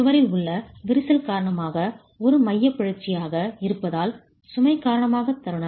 சுவரில் உள்ள விரிசல் காரணமாக ஒரு மையப் பிறழ்ச்சியாக இருப்பதால் சுமை காரணமாக தருணம்